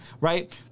right